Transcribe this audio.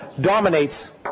dominates